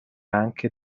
anche